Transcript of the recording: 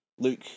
Luke